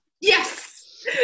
Yes